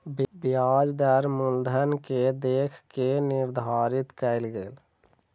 ब्याज दर मूलधन के देख के निर्धारित कयल गेल